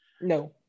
No